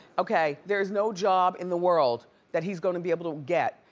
okay. there is no job in the world that he's going to be able to get,